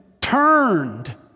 turned